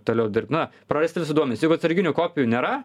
toliau dirbt na prarasti vis duomenys jeigu atsarginių kopijų nėra